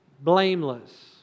Blameless